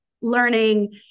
learning